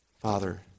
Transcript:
Father